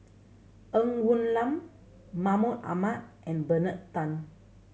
Ng Woon Lam Mahmud Ahmad and Bernard Tan